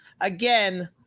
again